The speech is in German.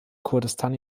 kurdistan